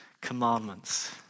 commandments